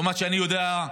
לפי מה שאני יודע,